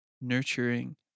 nurturing